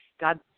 God